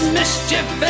mischief